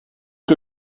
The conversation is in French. que